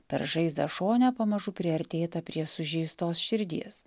per žaizdą šone pamažu priartėta prie sužeistos širdies